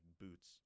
boots